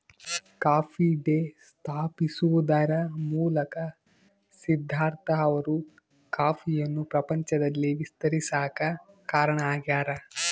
coffee day ಸ್ಥಾಪಿಸುವದರ ಮೂಲಕ ಸಿದ್ದಾರ್ಥ ಅವರು ಕಾಫಿಯನ್ನು ಪ್ರಪಂಚದಲ್ಲಿ ವಿಸ್ತರಿಸಾಕ ಕಾರಣ ಆಗ್ಯಾರ